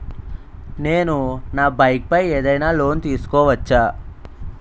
నేను నా బైక్ పై ఏదైనా లోన్ తీసుకోవచ్చా?